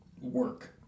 work